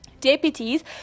deputies